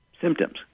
symptoms